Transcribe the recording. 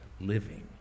living